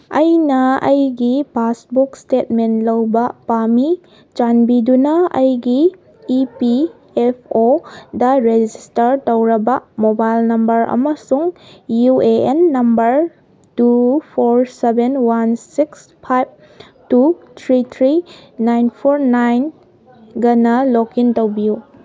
ꯑꯩꯅ ꯑꯩꯒꯤ passbook statement ꯂꯧꯕ ꯄꯥꯝꯃꯤ ꯆꯥꯟꯕꯤꯗꯨꯅ ꯑꯩꯒꯤ ꯏ ꯄꯤ ꯑꯦꯐ ꯑꯣꯗ ꯔꯦꯖꯤꯁꯇꯔ ꯇꯧꯔꯕ ꯃꯣꯕꯥꯏꯜ ꯅꯝꯕꯔ ꯑꯃꯁꯨꯡ U A N number two four seven one six five two three three nine four ꯅꯥꯏꯟꯒꯅ ꯂꯣꯛꯏꯟ ꯇꯧꯕꯤꯌꯨ